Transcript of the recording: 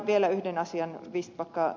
vielä yhden asian ed